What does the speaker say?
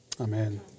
Amen